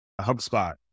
HubSpot